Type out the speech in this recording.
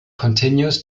continues